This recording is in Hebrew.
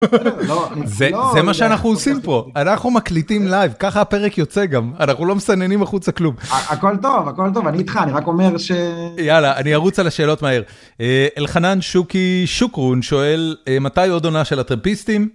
זה מה שאנחנו עושים פה, אנחנו מקליטים לייב, ככה הפרק יוצא גם - אנחנו לא מסננים החוצה כלום. -הכול טוב, הכול טוב, אני איתך. אני רק אומר ש... -יאללה, אני ארוץ על השאלות מהר. אלחנן שוקי שוקרון שואל מתי עוד עונה של "הטרמפיסטים".